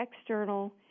external